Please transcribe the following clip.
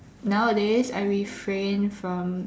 nowadays I refrain from